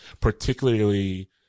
particularly